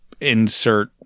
insert